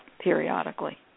periodically